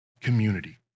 Community